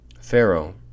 Pharaoh